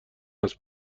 است